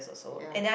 ya